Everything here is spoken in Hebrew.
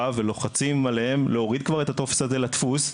ולוחצים עליהם להוריד כבר את הטופס הזה לדפוס.